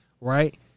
Right